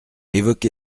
évoqué